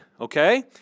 okay